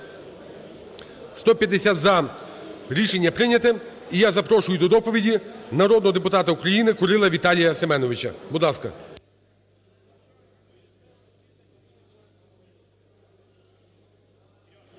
За-150 Рішення прийнято. І я запрошую до доповіді народного депутата України Курила Віталія Семеновича. Будь ласка.